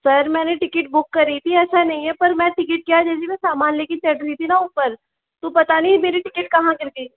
sir मैंने ticket book करी थी ऐसे नहीं है पर मैं टिकट जैसे ही में समान लेके चढ़ रही थी न ऊपर तो पता नहीं मेरी टिकट कहाँ गिर गई